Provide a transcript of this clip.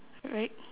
right